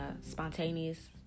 spontaneous